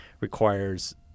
requires